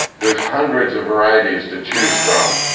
there's hundreds of varieties to choose from.